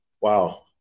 Wow